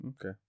Okay